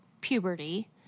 puberty